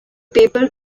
paper